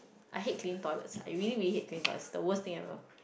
I hate clean toilets ah I really really hate clean toilet the worst thing ever